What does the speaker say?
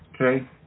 Okay